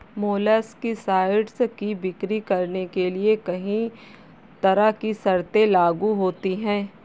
molluscicides की बिक्री करने के लिए कहीं तरह की शर्तें लागू होती है